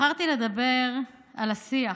בחרתי לדבר על השיח,